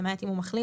למעט אם הוא מחלים,